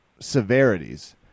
severities